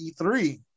E3